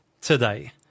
today